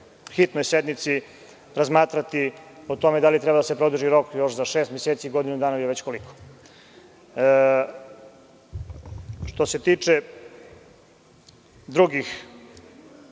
hitnoj sednici razmatrati o tome da li treba da se produži rok za šest meseci, godinu dana ili već koliko. Što se tiče drugih